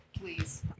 Please